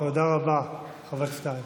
עסאקלה.